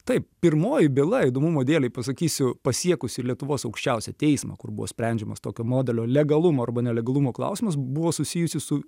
taip pirmoji byla įdomumo dėlei pasakysiu pasiekusi lietuvos aukščiausią teismą kur buvo sprendžiamas tokio modelio legalumo arba nelegalumo klausimas buvo susijusi su